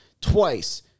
twice